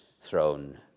throne